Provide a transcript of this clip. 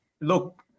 look